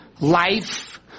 life